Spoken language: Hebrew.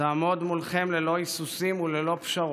תעמוד מולכם ללא היסוסים וללא פשרות.